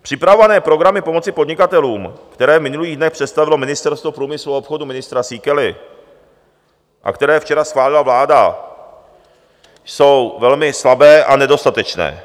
Připravované programy pomoci podnikatelům, které v minulých dnech představilo Ministerstvo průmyslu a obchodu ministra Síkely a které včera schválila vláda, jsou velmi slabé a nedostatečné.